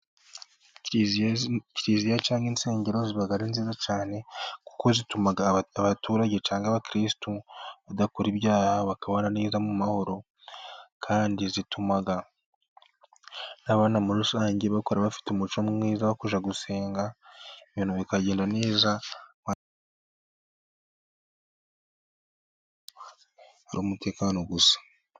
Kiliziya cyangwa insengero , ziba ari nziza cyane, kuko zituma abaturage cyangwa abakirisitu, badakora ibyaha bakabana neza mu mahoro kandi zituma n'abana muri rusange, bakura bafite umuco mwiza, wo kujya gusenga, ibintu bikagenda neza, ari umutekano gusa.